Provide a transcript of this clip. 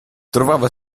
trovava